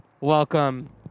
Welcome